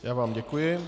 Já vám děkuji.